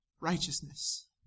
righteousness